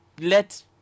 Let